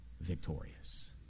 victorious